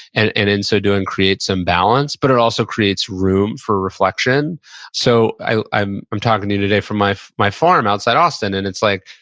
and and in so doing create some balance, but it also creates room for reflection so, i'm i'm talking to you today from my my farm outside austin, and it's like,